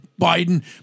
biden